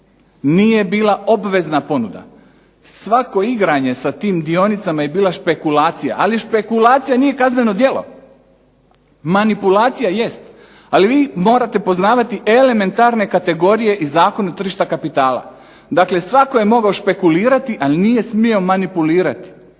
nije bila obvezna ponuda. Svako igranje sa tim dionicama je bila špekulacija, ali špekulacija nije kazneno djelo, ali manipulacija jeste. Ali vi morate poznavati elementarne kategorije i Zakon o tržištu kapitala. Dakle svatko je mogao špekulirati, a nije smio manipulirati.